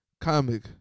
comic